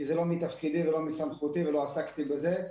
כי זה לא מתפקידי ולא מסמכותי ולא עסקתי בזה.